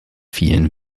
vielen